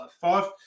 five